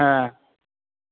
हँ